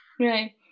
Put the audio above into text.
right